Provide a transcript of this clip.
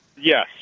Yes